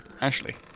Ashley